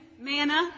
manna